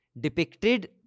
Depicted